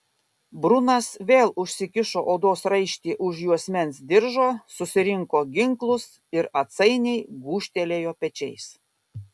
brunas vėl užsikišo odos raištį už juosmens diržo susirinko ginklus ir atsainiai gūžtelėjo pečiais